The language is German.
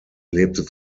lebte